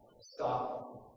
stop